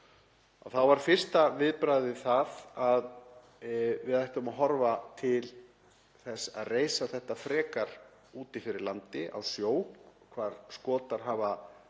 þá var fyrsta viðbragðið það að við ættum að horfa til þess að reisa þetta frekar úti fyrir landi, á sjó, hvar Skotar hafa meiri